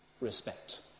respect